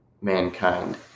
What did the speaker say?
mankind